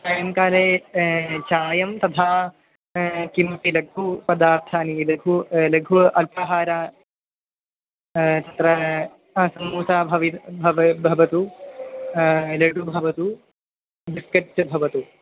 सायङ्काले चायं तथा किमपि लघु पदार्थानि लघु लेघु अल्पाहारं तत्र समूसा भवतु भवतु भवतु लड्डु भवतु बिस्केट् भवतु